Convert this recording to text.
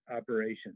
operation